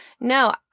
no